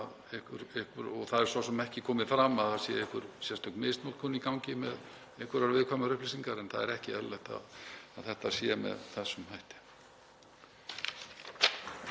Það hefur svo sem ekki komið fram að það sé einhver sérstök misnotkun í gangi með viðkvæmar upplýsingar en það er ekki eðlilegt að þetta sé með þessum hætti.